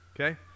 Okay